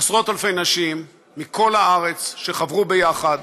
עשרות אלפי נשים מכל הארץ, שחברו יחד